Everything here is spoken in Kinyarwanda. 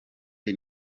the